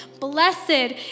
blessed